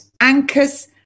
anchors